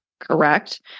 Correct